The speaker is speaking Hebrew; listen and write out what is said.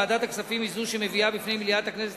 ועדת הכספים היא זו שמביאה בפני מליאת הכנסת